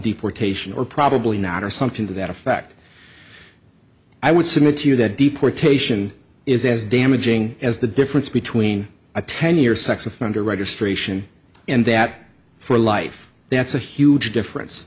deportation or probably not or something to that effect i would submit to you that deportation is as damaging as the difference between a ten year sex offender registration and that for a life that's a huge difference